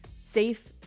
Safe